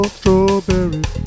strawberries